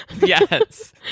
Yes